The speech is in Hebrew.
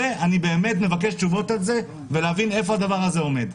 על זה אני מבקש תשובות ולהבין איפה הדבר הזה עומד.